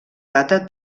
data